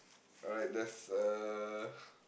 alright there's a